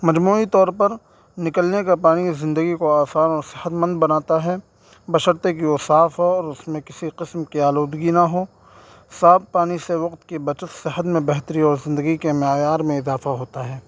مجموعی طور پر نکلنے کا پانی زندگی کو آسان اور صحت مند بناتا ہے بشرطیکہ کہ وہ صاف ہو اور اس میں کسی قسم کی آلودگی نہ ہو صاف پانی سے وقت کی بچت صحت میں بہتری اور زندگی کے معیار میں اضافہ ہوتا ہے